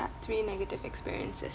part three negative experiences